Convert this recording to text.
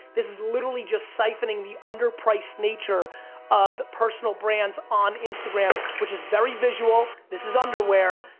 this is literally just siphoning the underpriced nature of personal brands on instagram, which is very visual, this is underwear,